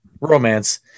romance